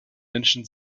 menschen